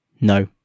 No